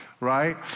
right